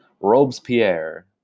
Robespierre